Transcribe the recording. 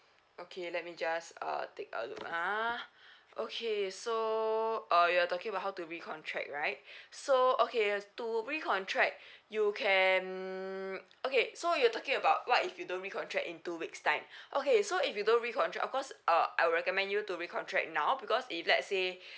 okay let me just uh take a look ah okay so uh you're talking about how to recontract right so okay to we contract you can okay so you're talking about what if you don't recontract in two weeks time okay so if you don't recontract of course uh I'll recommend you to recontract now because if let's say